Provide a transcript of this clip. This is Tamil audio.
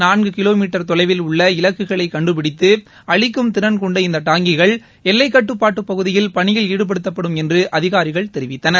நான்கு கிலோ மீட்டர் தொலைவில் உள்ள இலக்குகளை கண்டுபிடித்து அழிக்கும் திறன் கொண்ட இந்த டாங்கிகள் எல்லைக் கட்டுப்பாட்டுப் பகுதியில் பணியில் ஈடுபடுத்தப்படும் என்று அதிகாரிகள் தெரிவித்தனர்